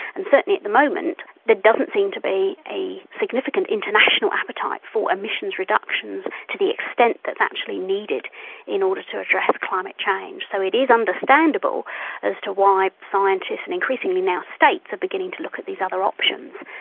and certainly at the moment there doesn't seem to be a significant international appetite for emissions reductions to the extent that is actually needed in order to address climate change. so it is understandable as to why scientists and increasingly now states are beginning to look at these other options.